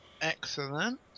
Excellent